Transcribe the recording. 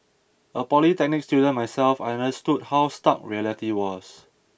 a polytechnic student myself I understood how stark reality was